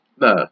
no